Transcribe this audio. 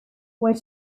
where